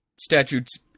statutes